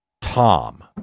Tom